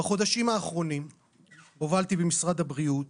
בחודשים האחרונים הובלתי במשרד הבריאות,